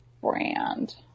brand